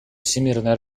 всемирной